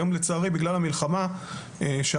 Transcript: היום לצערי בגלל המלחמה שם